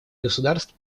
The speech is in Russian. государств